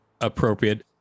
appropriate